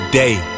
day